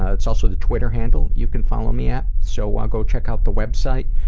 ah it's also the twitter handle you can follow me at so ah go check out the website.